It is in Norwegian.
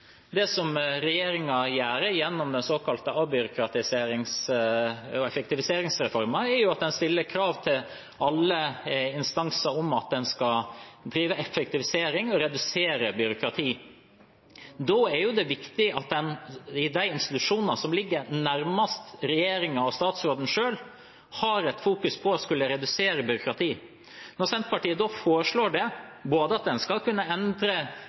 gjør gjennom den såkalte avbyråkratiserings- og effektiviseringsreformen, er jo at de stiller krav til alle instanser om at de skal drive effektivisering og redusere byråkratiet. Da er det viktig at de institusjonene som ligger nærmest regjeringen og statsråden selv, fokuserer på å redusere byråkratiet. Når Senterpartiet foreslår både at en skal kunne endre